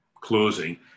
closing